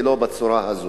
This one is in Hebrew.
ולא בצורה הזאת.